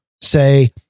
say